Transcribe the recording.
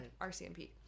RCMP